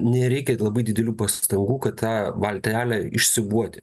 nereikia labai didelių pastangų kad tą valtelę išsiūbuoti